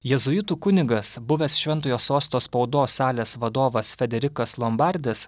jėzuitų kunigas buvęs šventojo sosto spaudos salės vadovas federikas lombardis